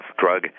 drug